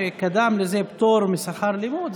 שקדם לזה פטור משכר לימוד,